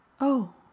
Oh